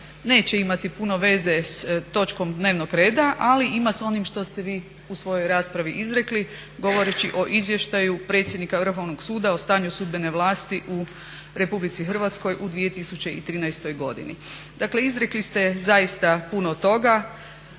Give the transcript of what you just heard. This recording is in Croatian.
neće imati puno veze s točkom dnevnog reda, ali ima s onim što ste vi u svojoj raspravi izrekli govoreći o izvještaju predsjednika Vrhovnog suda o stanju sudbene vlasti u Republici Hrvatskoj u 2013. godini. Dakle, izrekli ste zaista puno toga,